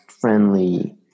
friendly